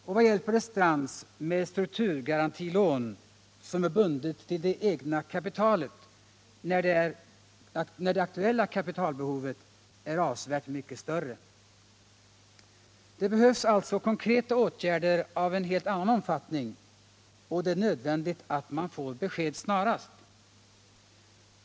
Och vad hjälper det Strands med strukturgarantilån som är bundet till det egna kapitalet, när det aktuella kapitalbehovet är mycket större? Det behövs alltså konkreta åtgärder av en helt annan omfattning, och det är nödvändigt att man får besked snarast.